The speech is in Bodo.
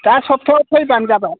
दा सप्तायाव फैबानो जाबाय